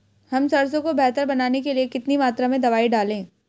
हम सरसों को बेहतर बनाने के लिए कितनी मात्रा में दवाई डालें?